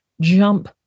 jump